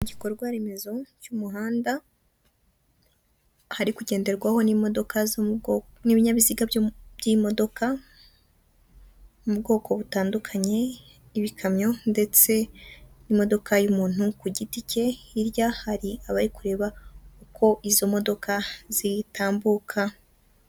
Igikorwa remezo cy'umuhanda, hari kugenderwaho n'imodoka, n'ibinyabiziga by'imodoka mu bwoko butandukanye, nibikamyo ndetse n'imodoka y'umuntu ku giti cye, hirya hari abari kureba uko izo modoka zitambuka.